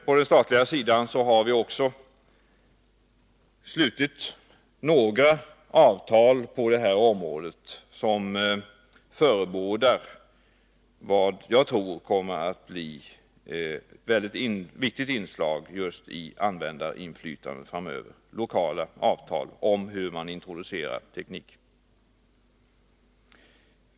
På den statliga sidan har vi också slutit några avtal på detta område som förebådar vad jag tror kommer att bli ett mycket viktigt inslag just i användarinflytandet framöver, dvs. lokala avtal om hur man introducerar teknik.